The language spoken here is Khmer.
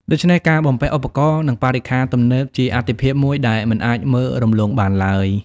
ដូច្នេះការបំពាក់ឧបករណ៍និងបរិក្ខារទំនើបជាអាទិភាពមួយដែលមិនអាចមើលរំលងបានឡើយ។